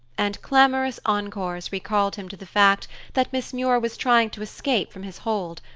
and clamorous encores recalled him to the fact that miss muir was trying to escape from his hold,